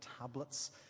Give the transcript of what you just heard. tablets